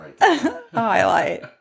highlight